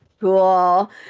cool